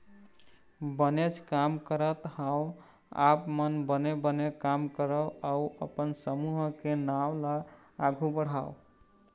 बनेच काम करत हँव आप मन बने बने काम करव अउ अपन समूह के नांव ल आघु बढ़ाव